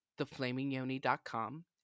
theflamingyoni.com